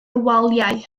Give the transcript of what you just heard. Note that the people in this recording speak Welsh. waliau